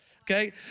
okay